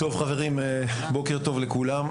טוב, חברים, בוקר טוב לכולם.